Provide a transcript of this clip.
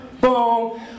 boom